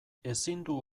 ezindu